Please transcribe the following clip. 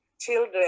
children